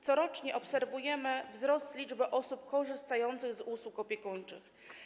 Corocznie obserwujemy wzrost liczby osób korzystających z usług opiekuńczych.